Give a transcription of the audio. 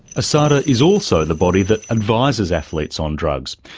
asada is also the body that advises athletes on drugs,